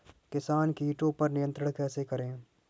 किसान कीटो पर नियंत्रण कैसे करें?